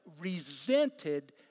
resented